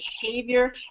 behavior